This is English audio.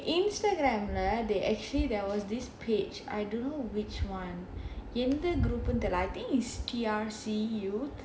eh Instagram leh they actually there was this page I don't know which [one] எந்த:endha group னு தெரியல:nu theriyala I think is P_R_C_U